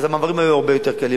אז המעברים היו הרבה יותר קלים.